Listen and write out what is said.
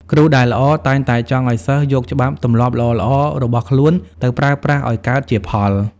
គ្រូដែលល្អ តែងតែចង់ឱ្យសិស្សយកច្បាប់ទម្លាប់ល្អៗរបស់ខ្លួនទៅប្រើប្រាស់ឱ្យកើតជាផល។